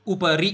उपरि